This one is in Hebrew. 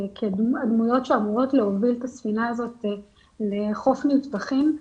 הדמויות שאמורות להוביל את הספינה הזאת לחוף מבטחים,